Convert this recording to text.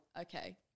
okay